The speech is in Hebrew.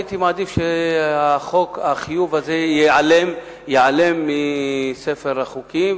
הייתי מעדיף שהחיוב הזה ייעלם מספר החוקים.